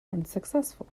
unsuccessful